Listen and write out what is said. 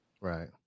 Right